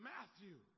Matthew